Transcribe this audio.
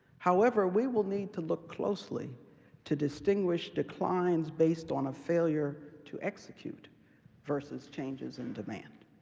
however, we will need to look closely to distinguish declines based on a failure to execute versus changes in demand.